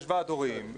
יש ועד הורים,